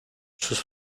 sus